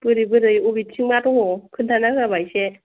बोरै बोरै बबेथिं मा दङ खोन्थाना होवाबा इसे